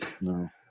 no